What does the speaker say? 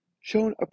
shown